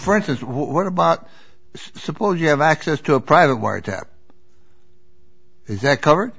for instance what about suppose you have access to a private wiretap is that covered